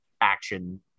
action